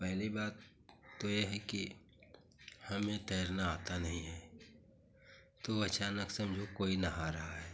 पहली बात तो यह है कि हमें तैरना आता नहीं है तो अचानक समझो कोई नहा रहा है